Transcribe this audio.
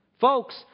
Folks